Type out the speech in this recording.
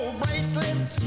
bracelets